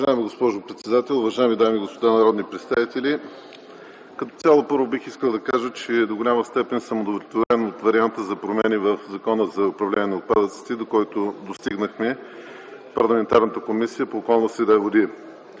Уважаема госпожо председател, уважаеми дами и господа народни представители! Като цяло първо бих искал да кажа, че до голяма степен съм удовлетворен от варианта за промени в Закона за управление на отпадъците, до който достигнахме в парламентарната Комисия по околната среда и водите.